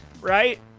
right